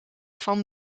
van